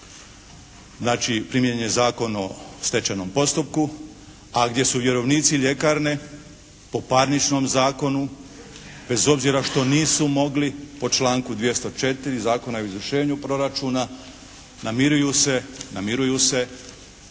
Znači primijenjen je Zakon o stečajnom postupku, a gdje su vjerovnici ljekarne po parničnom zakonu bez obzira što nisu mogli po članku 204. Zakona o izvršenju proračuna namiruju se, namiruju se